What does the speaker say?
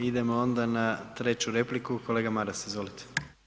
Idemo onda na treću repliku, kolega Maras, izvolite.